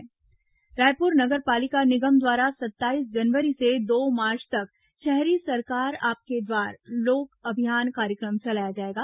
शहरी सरकार आपके द्वार रायपुर नगर पालिका निगम द्वारा सत्ताईस जनवरी से दो मार्च तक शहरी सरकार आपके द्वार लोक अभियान कार्यक्रम चलाया जाएगा